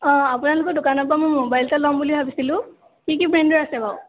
অঁ আপোনালোকৰ দোকানৰপৰা মই মোবাইল এটা ল'ম বুলি ভাবিছিলোঁ কি কি ব্ৰেণ্ডৰ আছে বাৰু